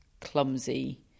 clumsy